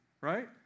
Right